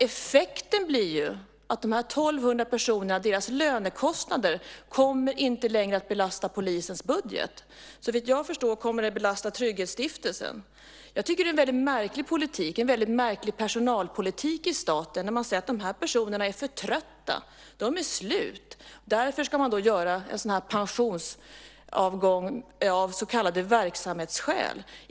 Effekten blir ju för de här 1 200 personerna att deras lönekostnader inte längre kommer att belasta polisens budget. Såvitt jag förstår kommer de att belasta Trygghetsstiftelsen. Jag tycker att det är en väldigt märklig politik, en väldigt märklig personalpolitik i staten, när man säger att de här personerna är för trötta. De är slut. Därför ska man ha en sådan här pensionsavgång av så kallade verksamhetsskäl.